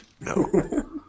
No